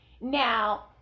Now